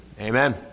Amen